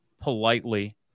politely